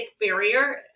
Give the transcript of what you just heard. barrier